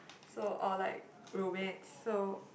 so or like romance so